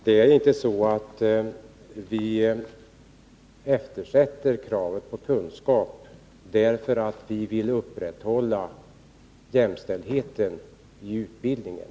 Herr talman! Det är inte så att vi eftersätter kravet på kunskaper för att vi vill upprätthålla jämställdheten i utbildningen.